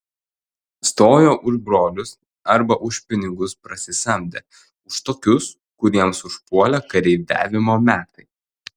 stojo už brolius arba už pinigus parsisamdę už tokius kuriems išpuolė kareiviavimo metai